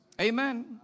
Amen